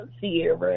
Sierra